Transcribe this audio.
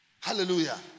Hallelujah